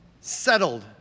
settled